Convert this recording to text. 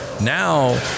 Now